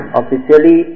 officially